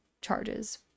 charges